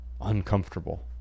uncomfortable